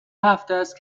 هفتست